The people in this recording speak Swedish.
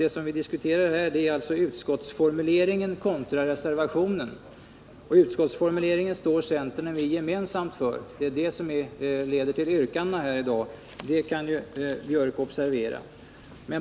Det vi här diskuterar är emellertid utskottsformuleringen kontra reservationen. Utskottsformuleringen står centern och vi gemensamt för. Detta har lett till yrkandena här i dag — det kan Gunnar Biörck observera.